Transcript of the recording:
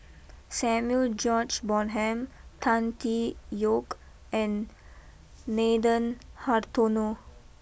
Samuel George Bonham Tan Tee Yoke and Nathan Hartono